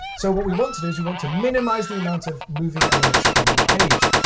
so what we want to do is you want to minimize the amount of moving elements on the page.